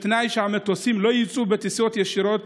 בתנאי שהמטוסים לא יצאו בטיסות ישירות